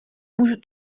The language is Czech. můžu